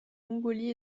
mongolie